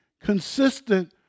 consistent